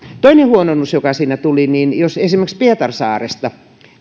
toinen huononnus joka siinä tuli jos esimerkiksi pietarsaaresta